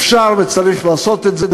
אפשר וצריך לעשות את זה.